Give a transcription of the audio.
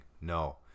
No